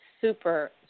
super